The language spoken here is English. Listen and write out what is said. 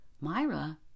Myra